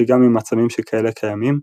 שגם אם עצמים שכאלה קיימים,